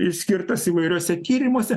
išskirtas įvairiuose tyrimuose